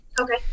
Okay